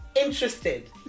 Interested